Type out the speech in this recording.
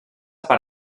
per